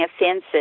offenses